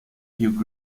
hugh